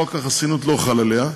חוק החסינות לא חל עליה,